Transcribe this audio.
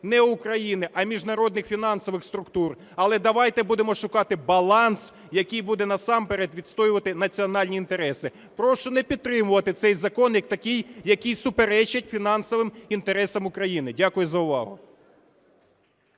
не України, а міжнародних фінансових структур. Але давайте будемо шукати баланс, який буде насамперед відстоювати національні інтереси. Прошу не підтримувати цей закон як такий, який суперечить фінансовим інтересам України. Дякую за увагу.